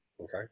okay